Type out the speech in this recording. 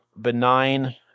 benign